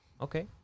Okay